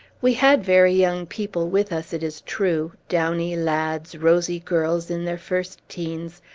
we had very young people with us, it is true downy lads, rosy girls in their first teens,